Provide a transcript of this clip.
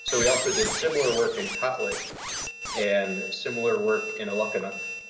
so we also did similar work in kotlik and similar work in alakanuk.